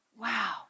wow